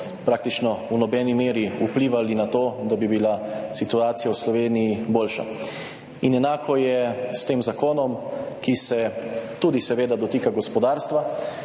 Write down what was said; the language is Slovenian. praktično v nobeni meri vplivali na to, da bi bila situacija v Sloveniji boljša in enako je s tem zakonom, ki se tudi seveda dotika gospodarstva,